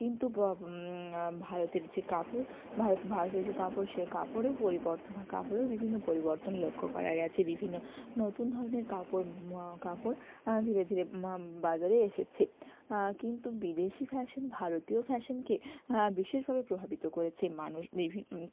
কিন্তু ভারতের যে কাপড় ভারত ভারতের যে কাপড় সে কাপড়েও পরিবর্তন কাপড়েও বিভিন্ন পরিবর্তন লক্ষ্য করা গেছে বিভিন্ন নতুন ধরনের কাপড় কাপড় ধীরে ধীরে বাজারে এসেছে কিন্তু বিদেশি ফ্যাশান ভারতীয় ফ্যাশানকে বিশেষভাবে প্রভাবিত করেছে মানুষ বিভিন্ন